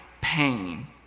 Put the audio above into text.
pain